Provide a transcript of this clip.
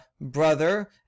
brother